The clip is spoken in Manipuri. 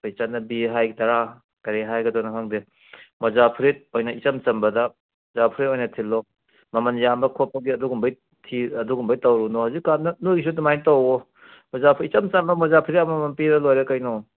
ꯑꯩꯈꯣꯏ ꯆꯠꯅꯕꯤ ꯍꯥꯏꯒꯗꯔꯥ ꯀꯔꯤ ꯍꯥꯏꯒꯗꯣꯏꯅꯣ ꯈꯪꯗꯦ ꯃꯣꯖꯥ ꯐꯨꯔꯤꯠ ꯑꯣꯏꯅ ꯏꯆꯝ ꯆꯝꯕꯗ ꯃꯣꯖꯥ ꯐꯨꯔꯤꯠ ꯑꯣꯏꯅ ꯊꯤꯜꯂꯣ ꯃꯃꯟ ꯌꯥꯝꯕ ꯈꯣꯠꯄꯒꯤ ꯑꯗꯨꯒꯨꯝꯕꯩ ꯑꯗꯨꯒꯨꯝꯕꯒꯤ ꯇꯧꯔꯨꯅꯣ ꯍꯧꯖꯤꯛ ꯀꯥꯟ ꯅꯣꯏꯁꯨ ꯑꯗꯨꯃꯥꯏꯅ ꯇꯧꯔꯣ ꯃꯣꯖꯥ ꯐꯨꯔꯤꯠ ꯏꯆꯝ ꯆꯝꯕ ꯃꯣꯖꯥ ꯐꯨꯔꯤꯠ ꯑꯃꯃꯝ ꯄꯤꯔꯥ ꯂꯣꯏꯔꯦ ꯀꯩꯅꯣ